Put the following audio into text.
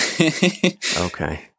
Okay